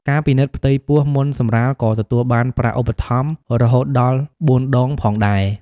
ការពិនិត្យផ្ទៃពោះមុនសម្រាលក៏ទទួលបានប្រាក់ឧបត្ថម្ភរហូតដល់៤ដងផងដែរ។